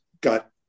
got